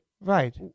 right